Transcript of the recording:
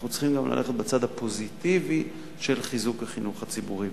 אנחנו צריכים גם ללכת בצד הפוזיטיבי של חיזוק החינוך הציבורי.